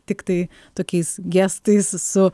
tiktai tokiais gestais su